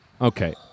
Okay